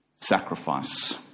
Sacrifice